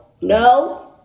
No